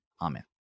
Amen